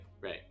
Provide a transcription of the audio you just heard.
right